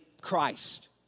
Christ